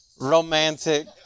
romantic